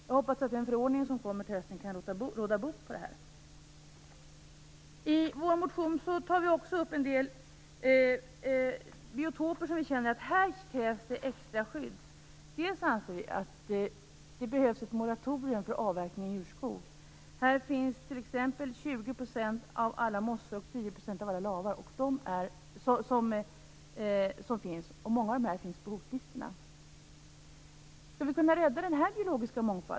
Jag hoppas att den förordning som kommer till hösten kan råda bot på det här. I vår motion tar vi också upp en del biotoper som kräver extra skydd. Här finns t.ex. 20 % av alla mossor och 10 % av alla lavar. Många av dem finns på hotlistorna.